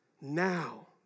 now